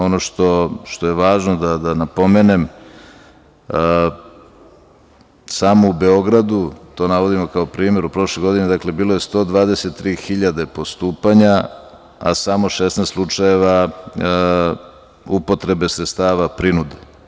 Ono što je važno da napomenem, samo u Beogradu, to navodimo kao primer, u prošloj godini bilo je 123 hiljade postupanja, a samo 16 slučajeva upotrebe sredstava prinude.